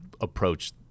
approach